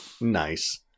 Nice